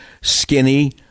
skinny